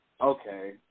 Okay